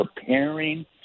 preparing